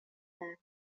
time